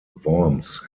worms